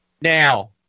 Now